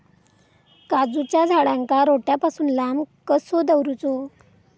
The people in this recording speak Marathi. काजूच्या झाडांका रोट्या पासून लांब कसो दवरूचो?